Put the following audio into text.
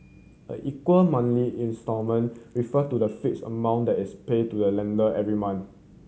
a equated monthly instalment refer to the fixed amount that is paid to a lender every month